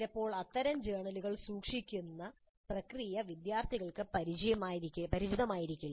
ചിലപ്പോൾ അത്തരം ജേണലുകൾ സൂക്ഷിക്കുന്ന പ്രക്രിയ വിദ്യാർത്ഥികൾക്ക് പരിചിതമായിരിക്കില്ല